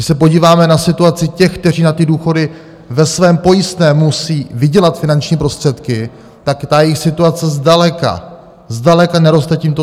Když se podíváme na situaci těch, kteří na ty důchody ve svém pojistném musí vydělat finanční prostředky, tak ta jejich situace zdaleka, zdaleka neroste tímto tempem.